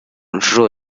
nshuro